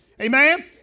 Amen